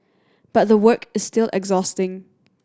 but the work is still exhausting